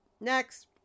Next